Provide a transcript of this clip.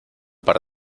par